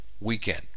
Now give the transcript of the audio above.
weekend